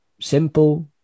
simple